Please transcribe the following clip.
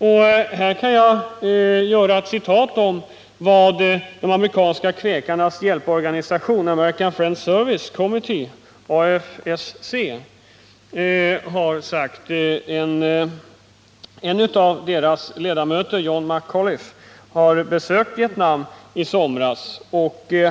Jag vill återge ett citat om vad de amerikanska kväkarnas hjälporganisation American Friends Service Committee, förkortat AFSC, har sagt. En av deras ledamöter, John MacCauliff, har i somras besökt Vietnam.